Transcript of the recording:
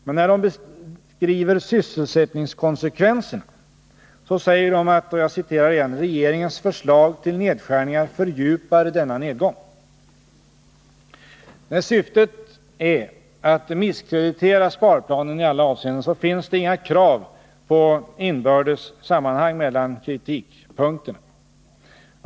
Men när de beskriver sysselsättningskonsekvenserna, säger de att ”regeringens förslag till nedskärningar fördjupar denna nedgång”. När syftet är att misskreditera sparplanen i alla avseenden finns det inga krav på inbördes sammanhang mellan kritikpunkterna.